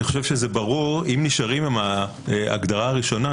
אם נשארים עם הגדרה הראשונה,